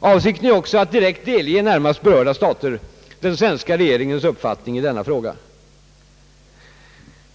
Avsikten är också att direkt delge närmast berörda stater den svenska regeringens uppfattning i denna fråga.